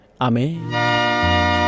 Amen